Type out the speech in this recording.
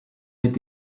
mit